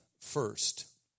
first